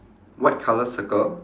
white colour circle